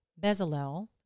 Bezalel